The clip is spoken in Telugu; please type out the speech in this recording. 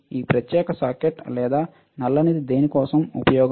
ఈ ప్రత్యేక సాకెట్ లేదా నల్లనిది దేని కోసం ఉపయోగం